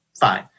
Fine